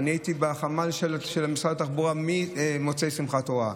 אני הייתי בחמ"ל של משרד התחבורה ממוצאי שמחת תורה,